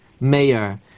mayor